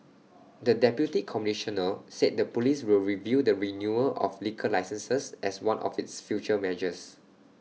the deputy Commissioner said the Police will review the renewal of liquor licences as one of its future measures